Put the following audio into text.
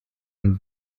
and